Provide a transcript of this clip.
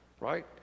right